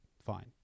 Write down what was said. fine